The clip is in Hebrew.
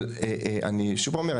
אבל אני שוב פעם אומר,